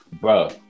bro